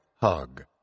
hug